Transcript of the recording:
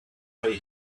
pay